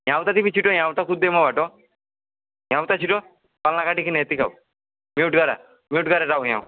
यहाँ आऊ त तिमी छिटो यहाँ आऊ त म भए ठाउँमा यहाँ आऊ त छिटो कल नकाटिकन यतिकै आऊ म्युट गरेर म्युट गरेर आऊ यहाँ आऊ